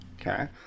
Okay